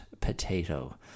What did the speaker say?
potato